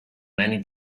many